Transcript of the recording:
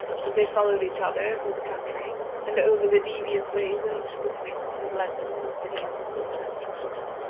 as they followed each other through the country and over the devious ways in which the sphinx had led them in the city of mingled sentiments.